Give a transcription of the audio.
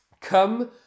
Come